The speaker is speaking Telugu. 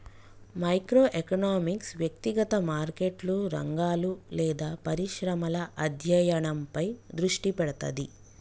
మైక్రో ఎకనామిక్స్ వ్యక్తిగత మార్కెట్లు, రంగాలు లేదా పరిశ్రమల అధ్యయనంపై దృష్టి పెడతది